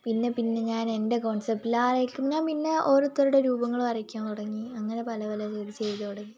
പിന്നെ പിന്നെ ഞാൻ എൻ്റെ കോൺസെപ്റ്റില് ആലോചിക്കും പിന്നെ ഓരോരുത്തരുടെ രൂപങ്ങളും വരയ്ക്കാൻ തുടങ്ങി അങ്ങനെ പല പല രീതി ചെയ്തു തുടങ്ങി